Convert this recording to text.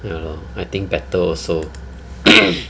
I think better also